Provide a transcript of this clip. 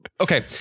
Okay